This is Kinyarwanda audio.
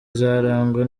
izarangwa